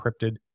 encrypted